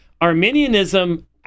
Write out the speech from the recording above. Arminianism